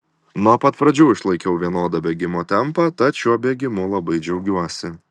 nuo pat pradžių išlaikiau vienodą bėgimo tempą tad šiuo bėgimu labai džiaugiuosi